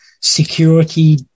security